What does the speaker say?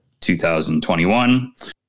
2021